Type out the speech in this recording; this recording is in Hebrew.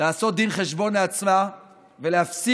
לעשות דין וחשבון לעצמה ולהפסיק